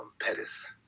Pettis